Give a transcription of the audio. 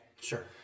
Sure